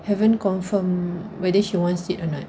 haven't confirm whether she wants it or not